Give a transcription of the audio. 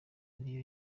ariyo